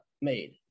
made